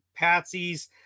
patsies